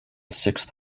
sixth